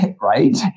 right